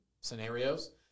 scenarios